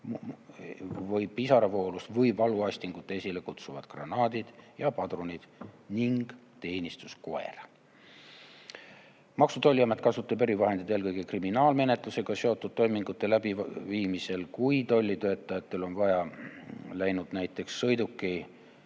või pisaravoolust või valuaistingut esile kutsuvad granaadid ja padrunid ning teenistuskoer. Maksu- ja Tolliamet kasutab erivahendeid eelkõige kriminaalmenetlusega seotud toimingute läbiviimisel. Kui tollitöötajatel on vaja läinud näiteks sõiduki